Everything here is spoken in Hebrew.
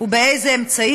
ובאילו אמצעים,